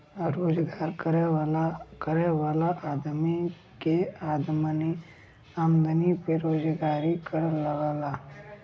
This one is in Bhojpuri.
रोजगार करे वाला आदमी के आमदमी पे रोजगारी कर लगला